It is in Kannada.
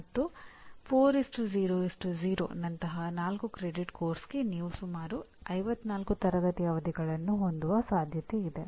ಮತ್ತು 4 0 0 ನಂತಹ 4 ಕ್ರೆಡಿಟ್ ಪಠ್ಯಕ್ರಮಕ್ಕೆ ನೀವು ಸುಮಾರು 54 ತರಗತಿ ಅವಧಿಗಳನ್ನು ಹೊಂದುವ ಸಾಧ್ಯತೆಯಿದೆ